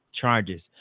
charges